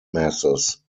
masses